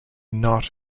not